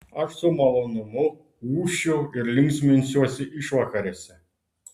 aš su malonumu ūšiu ir linksminsiuosi išvakarėse